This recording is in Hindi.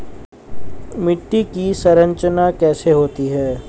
मिट्टी की संरचना कैसे होती है?